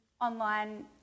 online